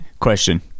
Question